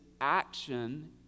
action